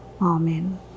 Amen